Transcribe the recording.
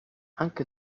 anche